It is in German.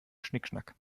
schnickschnack